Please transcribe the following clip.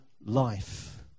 life